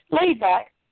laid-back